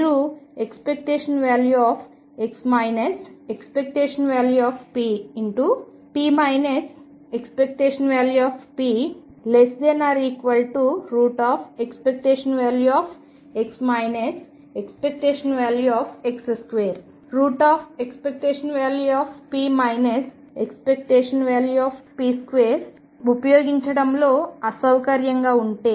మీరు ⟨x ⟨x⟩p ⟨p⟩⟩⟨x ⟨x⟩2⟩ ⟨p ⟨p⟩2⟩ ని ఉపయోగించడంలో అసౌకర్యంగా ఉంటే